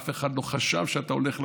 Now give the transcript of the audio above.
אף אחד לא חשב שאתה הולך להפסיד.